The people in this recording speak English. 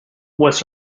was